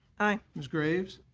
aye. ms. graves.